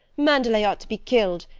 mandelet ought to be killed!